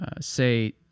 say